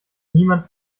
niemand